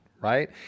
right